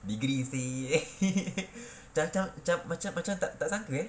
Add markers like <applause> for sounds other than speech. degrees seh <laughs> macam macam macam macam tak tak sangka eh